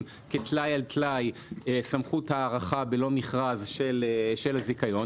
כטלאי על טלאי סמכות הארכה בלא מכרז של הזיכיון,